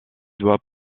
dois